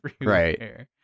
right